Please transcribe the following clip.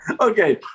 Okay